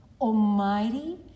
almighty